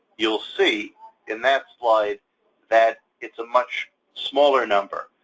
you'll see in that slide that it's a much smaller number.